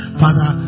father